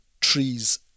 trees